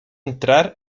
entrar